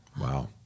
Wow